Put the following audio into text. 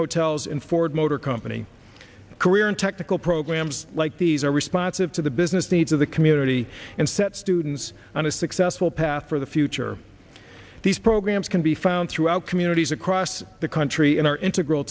hotel as in ford motor company career and technical programs like these are responsive to the business needs of the community and set students on a successful path for the future these programs can be found throughout communities across the country and are integral